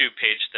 page